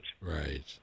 Right